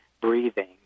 breathing